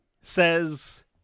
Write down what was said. says